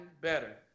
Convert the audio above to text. better